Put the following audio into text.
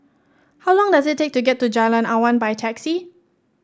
how long does it take to get to Jalan Awan by taxi